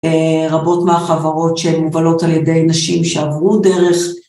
רבות מהחברות שהן מובלות על ידי נשים שעברו דרך.